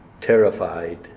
terrified